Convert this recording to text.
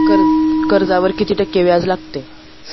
कर्जावर किती टक्के व्याज लागते?